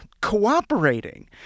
cooperating